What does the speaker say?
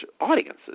audiences